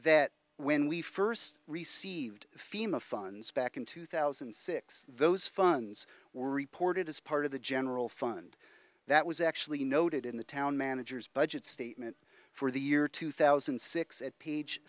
that when we first received fema funds back in two thousand and six those funds were reported as part of the general fund that was actually noted in the town manager's budget statement for the year two thousand and six at page